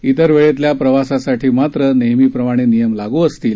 इतर वेळेतल्या प्रवासासाठी मात्र नेहमीप्रमाणे नियम लागू असतील